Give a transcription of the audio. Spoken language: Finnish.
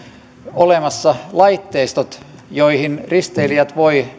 olemassa laitteistot joihin risteilijät voivat